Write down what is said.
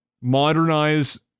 modernize